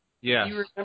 Yes